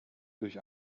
durch